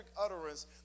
utterance